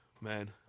man